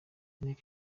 inteko